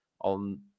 on